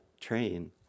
train